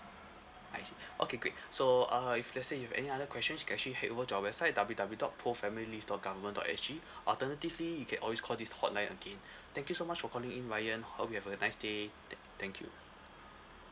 I see okay great so uh if let's say you have any other questions you can actually head over to go to our website W W dot pro family leave dot government dot S G alternatively you can always call this hotline again thank you so much for calling in ryan hope you have a nice day thank thank you